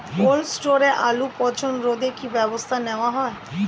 Cold স্টোরে আলুর পচন রোধে কি ব্যবস্থা নেওয়া হয়?